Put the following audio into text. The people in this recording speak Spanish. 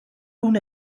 una